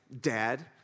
dad